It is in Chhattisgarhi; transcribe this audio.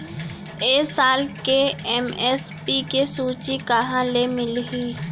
ए साल के एम.एस.पी के सूची कहाँ ले मिलही?